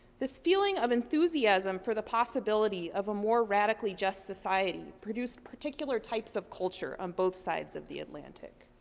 this feeling of enthusiasm for the possibility of a more radically just society produced particular types of culture on both sides of the atlantic.